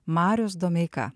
marius domeika